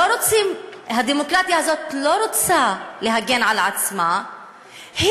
שהדמוקרטיה הזאת לא רוצה להגן על עצמה,